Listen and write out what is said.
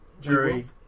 Jury